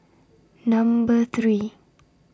Number three